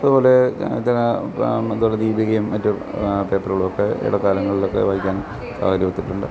അതുപോലെ ദിന ദീപികയും മറ്റും പേപ്പറുകളുമൊക്കെ ഇടക്കാലങ്ങളിലൊക്കെ വായിക്കാൻ സാഹചര്യമൊത്തിട്ടുണ്ട്